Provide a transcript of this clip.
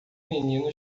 menino